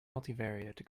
multivariate